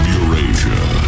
Eurasia